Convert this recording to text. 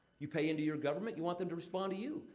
you pay into your government, you want them to respond to you.